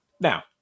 Now